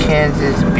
Kansas